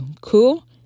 Cool